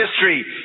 history